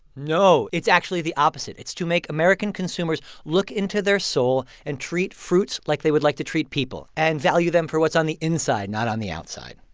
no. it's actually the opposite. it's to make american consumers look into their soul and treat fruits like they would like to treat people and value them for what's on the inside, not on the outside